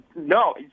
No